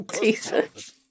Jesus